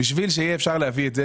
בשביל שאפשר יהיה להביא את זה,